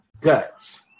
Guts